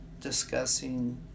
discussing